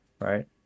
Right